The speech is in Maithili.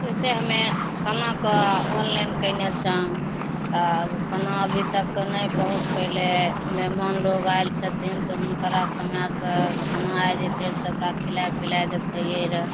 जइसे हमे खानाके ऑनलाइन कएने छौँ तब खाना अभी तक नहि पहुँचि पएलै मेहमान लोक आएल छथिन तऽ हुनकरा समयसे खाना आए जएतै रहै तऽ ओकरा खिलै पिलै देतिए रहै